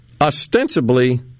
ostensibly